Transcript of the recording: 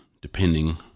depending